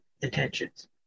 intentions